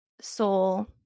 soul